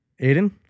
Aiden